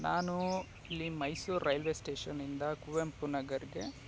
ನಾನು ಇಲ್ಲಿ ಮೈಸೂರು ರೈಲ್ವೆ ಸ್ಟೇಷನಿಂದ ಕುವೆಂಪು ನಗರ್ಗೆ